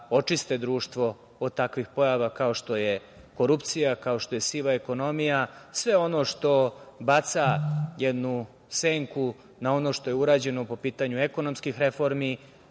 očiste društvo od takvih pojava, kao što je korupcija, kao što je siva ekonomija, sve ono što baca jednu senku na ono što je urađeno po pitanju ekonomskih reformi,